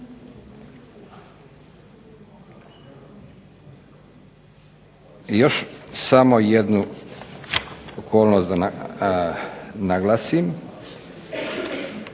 još samo jednu okolnost da naglasim.